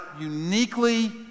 uniquely